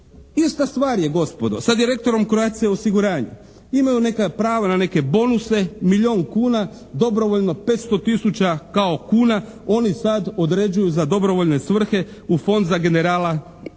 Ista stvar je gospodo sa direktorom Croatia osiguranja. Imaju neka prava na neke bonuse, milijun kuna dobrovoljno 500 tisuća kao kuna oni sad određuju za dobrovoljne svrhe u Fond za generala Gotovine.